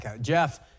Jeff